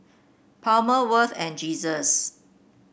Palmer Worth and Jesus